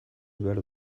behar